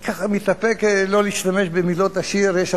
אני מתאפק לא להשתמש במילות השיר: יש